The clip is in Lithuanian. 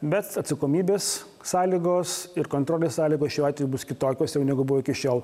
bet atsakomybės sąlygos ir kontrolės sąlygos šiuo atveju bus kitokios jau negu buvo iki šiol